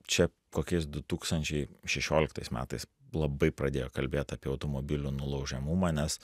čia kokiais du tūkstančiai šešioliktais metais labai pradėjo kalbėt apie automobilių nulaužiamumą nes